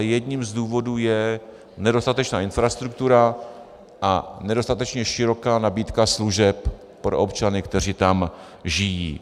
Jedním z důvodů je nedostatečná infrastruktura a nedostatečně široká nabídka služeb pro občany, kteří tam žijí.